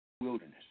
Wilderness